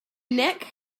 nick